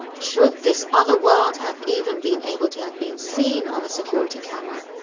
should this otherworld have even been able to have been seen on a security camera,